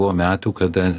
buvo metų kada